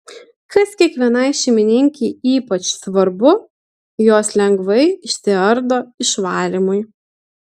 kas kiekvienai šeimininkei ypač svarbu jos lengvai išsiardo išvalymui